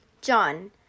John